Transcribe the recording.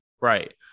Right